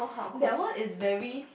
that one is very